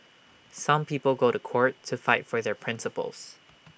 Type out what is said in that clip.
some people go to court to fight for their principles